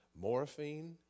morphine